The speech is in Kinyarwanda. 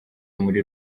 muri